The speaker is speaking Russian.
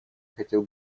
хотел